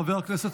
חבר הכנסת